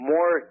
More